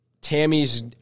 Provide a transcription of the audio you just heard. Tammy's